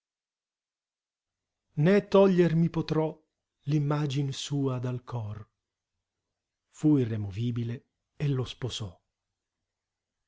mi potrò l'immagin sua dal cor fu irremovibile e lo sposò